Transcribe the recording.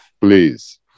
please